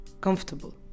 comfortable